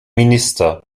minister